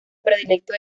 predilecto